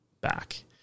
back